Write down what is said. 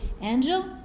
angel